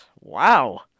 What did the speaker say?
Wow